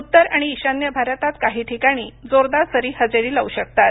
उत्तर आणि इशान्यभारतात काही ठिकाणी जोरदार सरी हजेरी लावू शकतात